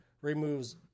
removes